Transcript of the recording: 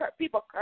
people